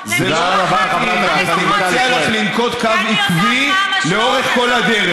הוא לא יכול להמשיך לכהן כראש ממשלה.